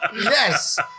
Yes